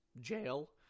jail